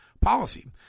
policy